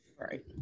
Right